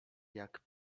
jak